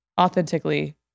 authentically